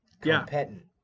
Competent